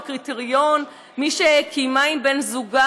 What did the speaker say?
או הקריטריון: מי שקיימה עם בן זוגה